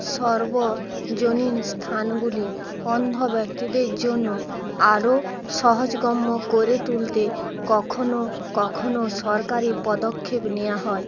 সর্বজনীন স্থানগুলি অন্ধ ব্যক্তিদের জন্য আরও সহজগম্য করে তুলতে কখনো কখনো সরকারি পদক্ষেপ নেওয়া হয়